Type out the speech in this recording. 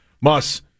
Mus